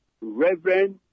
Reverend